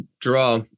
draw